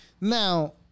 Now